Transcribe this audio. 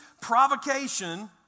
provocation